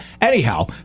Anyhow